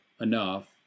enough